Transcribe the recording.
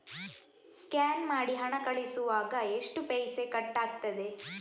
Scan ಮಾಡಿ ಹಣ ಕಳಿಸುವಾಗ ಎಷ್ಟು ಪೈಸೆ ಕಟ್ಟಾಗ್ತದೆ?